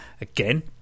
again